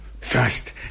first